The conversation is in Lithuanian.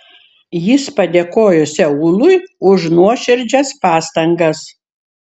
jis padėkojo seului už nuoširdžias pastangas